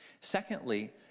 Secondly